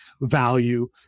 value